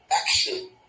action